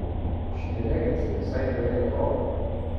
šitie leginsai visai gerai atrodo